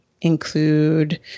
include